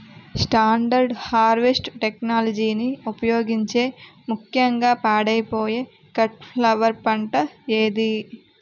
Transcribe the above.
Standard harvest టెక్నాలజీని ఉపయోగించే ముక్యంగా పాడైపోయే కట్ ఫ్లవర్ పంట ఏది?